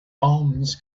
arms